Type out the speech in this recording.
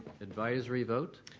advisory vote?